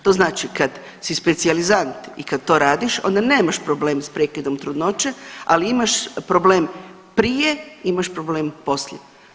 To znači kad si specijalizant i kad to radiš onda nemaš problem s prekidom trudnoće, ali imaš problem prije imaš problem poslije.